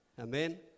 Amen